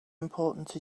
important